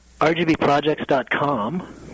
rgbprojects.com